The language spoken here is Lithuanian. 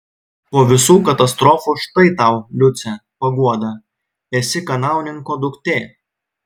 po visų katastrofų štai tau liuce paguoda esi kanauninko duktė